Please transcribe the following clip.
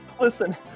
Listen